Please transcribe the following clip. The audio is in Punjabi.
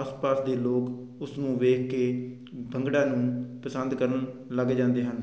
ਆਸ ਪਾਸ ਦੇ ਲੋਕ ਉਸ ਨੂੰ ਵੇਖ ਕੇ ਭੰਗੜਾ ਨੂੰ ਪਸੰਦ ਕਰਨ ਲੱਗ ਜਾਂਦੇ ਹਨ